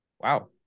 wow